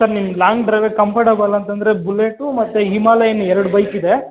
sir ನಿಮ್ಗೆ long ಡ್ರೈವಿಗೆ comfortable ಅಂತಂದರೆ ಬುಲೆಟು ಮತ್ತು ಹಿಮಾಲಯನ್ ಎರಡು ಬೈಕ್ ಇದೆ